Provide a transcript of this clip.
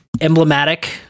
emblematic